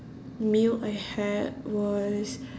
meal I had was